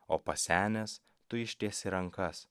o pasenęs tu ištiesi rankas